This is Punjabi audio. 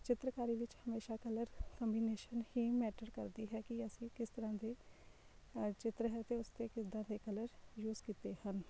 ਚਿੱਤਰਕਾਰੀ ਵਿੱਚ ਹਮੇਸ਼ਾ ਕਲਰ ਕੰਬੀਨੇਸ਼ਨ ਹੀ ਮੈਟਰ ਕਰਦੀ ਹੈਗੀ ਅਸੀਂ ਕਿਸ ਤਰਾਂ ਦੇ ਅ ਚਿੱਤਰ ਹੈ ਅਤੇ ਉਸ 'ਤੇ ਕਿੱਦਾਂ ਦੇ ਕਲਰ ਯੂਜ਼ ਕੀਤੇ ਹਨ